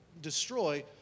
destroy